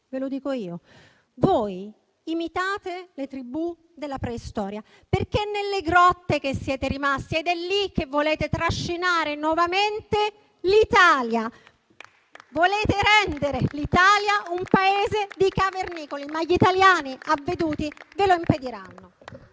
ve lo dico io. Voi imitate le tribù della preistoria, perché è nelle grotte che siete rimasti ed è lì che volete trascinare nuovamente l'Italia. Volete rendere l'Italia un Paese di cavernicoli, mai gli italiani avveduti ve lo impediranno.